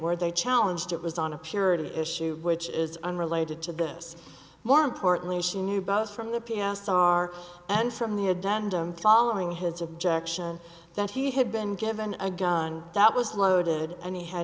where they challenged it was on a purity issue which is unrelated to this more importantly she knew both from the p s r and from the agenda i'm following his objection that he had been given a gun that was loaded an